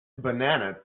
banana